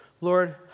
Lord